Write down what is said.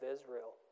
Israel